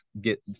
get